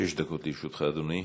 שש דקות לרשותך, אדוני.